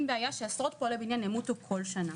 בעיה שעשרות פועלי בניין ימותו כל שנה.